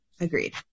agreed